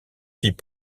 fit